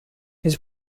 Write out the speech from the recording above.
his